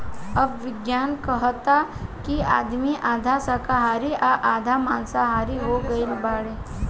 अब विज्ञान कहता कि आदमी आधा शाकाहारी आ आधा माँसाहारी हो गईल बाड़े